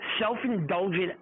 self-indulgent